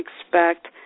expect